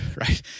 right